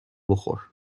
بخور